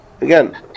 Again